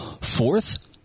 Fourth